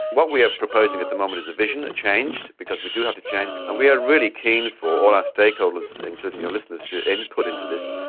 what we are proposing at the moment is a vision, a change, because we do have to change, and we are really keen for all our stakeholders including your listeners to input into this.